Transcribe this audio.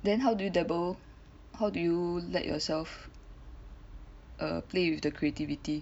then how do you dabble how do you let yourself err play with the creativity